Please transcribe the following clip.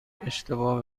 اشتباه